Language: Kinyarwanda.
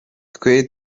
twe